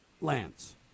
Lance